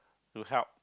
to help